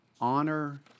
Honor